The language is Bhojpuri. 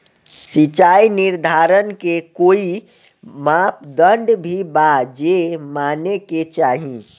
सिचाई निर्धारण के कोई मापदंड भी बा जे माने के चाही?